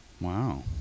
Wow